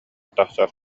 тахсар